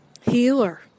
healer